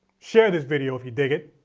share this video if you dig it,